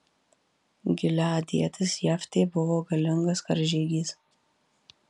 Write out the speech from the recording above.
gileadietis jeftė buvo galingas karžygys